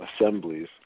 assemblies